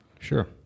Sure